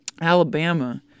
Alabama